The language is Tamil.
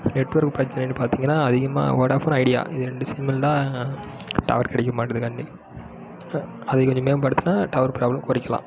நெட்ஒர்க் பிரச்சினைன்னு பார்த்தீங்கனா அதிகமாக ஓடாஃபோன் ஐடியா இது ரெண்டு சிம்மில் தான் டவர் கிடைக்க மாட்டேங்துகாண்டி அதை கொஞ்சம் மேம்படுத்தினா டவர் ப்ராப்ளம் குறைக்கிலாம்